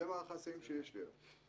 זה מערך ההיסעים שיש לי היום.